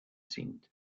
sind